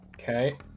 Okay